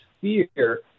fear